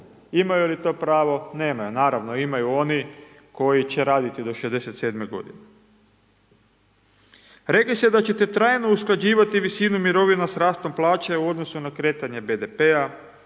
imaju li to pravo? Nemaju. Naravno, imaju oni koji će raditi do 67 godine. Rekli ste da ćete trajno usklađivati visinu mirovina sa rastom plaća i u odnosu na kretanje BDP-a,